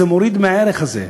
זה מוריד מהערך הזה.